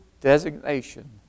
designation